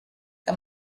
que